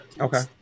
Okay